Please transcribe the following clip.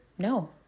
no